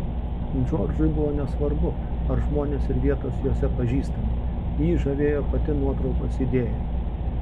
džordžui buvo nesvarbu ar žmonės ir vietos jose pažįstami jį žavėjo pati nuotraukos idėja